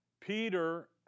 Peter